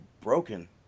broken